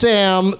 Sam